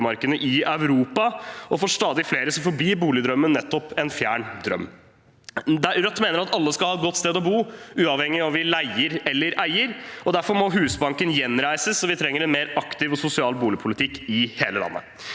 i Europa, og for stadig flere forblir boligdrømmen nettopp en fjern drøm. Rødt mener at alle skal ha et godt sted å bo, uavhengig av om vi leier eller eier. Derfor må Husbanken gjenreises, og vi trenger en mer aktiv og sosial boligpolitikk i hele landet.